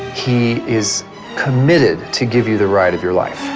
he is committed to give you the ride of your life.